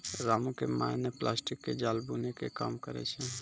रामू के माय नॅ प्लास्टिक के जाल बूनै के काम करै छै